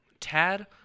Tad